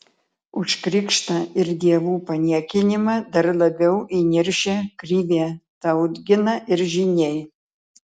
už krikštą ir dievų paniekinimą dar labiau įniršę krivė tautgina ir žyniai